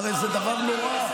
הרי זה דבר נורא.